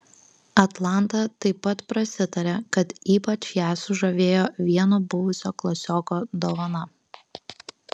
atlanta taip pat prasitarė kad ypač ją sužavėjo vieno buvusio klasioko dovana